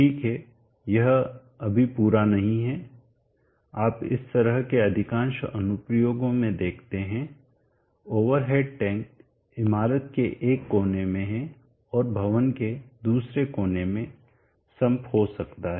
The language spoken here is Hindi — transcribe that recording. ठीक है यह अभी पूरा नहीं है आप इस तरह के अधिकांश अनुप्रयोगों में देखते हैं ओवर हेड टैंक इमारत के एक कोने में है और भवन के दूसरे कोने में सम्प हो सकता है